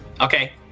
Okay